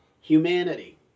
humanity